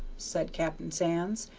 said captain sands,